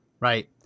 Right